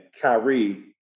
Kyrie